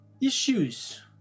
Issues